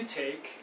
take